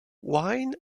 wine